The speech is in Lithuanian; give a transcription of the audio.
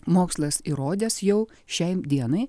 mokslas įrodęs jau šiai dienai